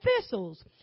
thistles